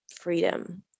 freedom